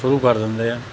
ਸ਼ੁਰੂ ਕਰ ਦਿੰਦੇ ਆ